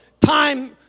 time